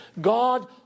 God